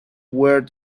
where